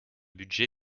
budget